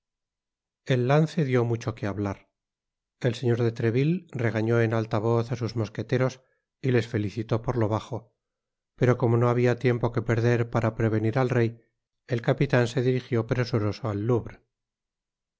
el lance dió mucho que hablar el señor de treville regañó en alta voz á sus mosqueteros y les felicitó por lo bajo pero como no habia tiempo que perder para prevenir al rey el capitan se dirigió presuroso al